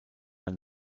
ein